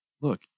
look